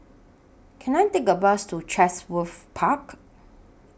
Can I Take A Bus to Chatsworth Park